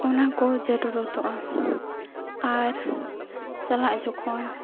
ᱚᱱᱟ ᱠᱚ ᱡᱚᱨᱩᱨᱚᱛᱚᱜᱼᱟ ᱟᱨ ᱪᱟᱞᱟᱜ ᱡᱚᱠᱷᱚᱱ